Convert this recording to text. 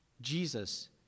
Jesus